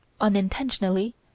Unintentionally